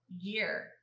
year